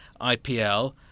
IPL